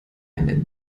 eine